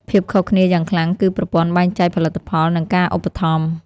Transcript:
ភាពខុសគ្នាយ៉ាងខ្លាំងគឺប្រព័ន្ធបែងចែកផលិតផល និងការឧបត្ថម្ភ។